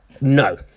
No